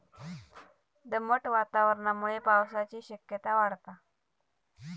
दमट वातावरणामुळे पावसाची शक्यता वाढता